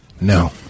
No